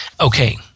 okay